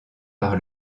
par